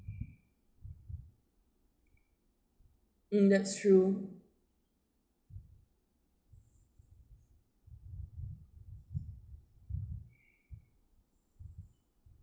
mm that's true